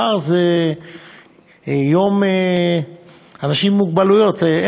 מחר זה יום אנשים עם מוגבלות,